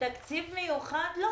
תקציב מיוחד, לא.